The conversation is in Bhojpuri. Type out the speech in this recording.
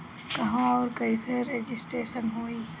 कहवा और कईसे रजिटेशन होई?